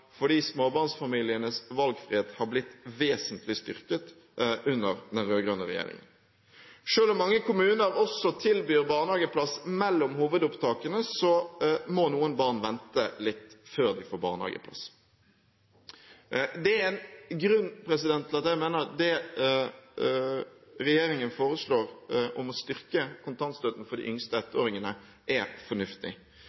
fordi småbarnsfamilienes valgfrihet har blitt vesentlig styrket under den rød-grønne regjeringen. Selv om mange kommuner også tilbyr barnehageplass mellom hovedopptakene, må noen barn vente litt før de får barnehageplass. Det er en grunn til at jeg mener at det regjeringen foreslår om å styrke kontantstøtten for de yngste